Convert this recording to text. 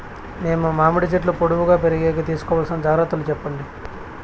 మేము మామిడి చెట్లు పొడువుగా పెరిగేకి తీసుకోవాల్సిన జాగ్రత్త లు చెప్పండి?